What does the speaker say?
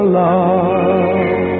love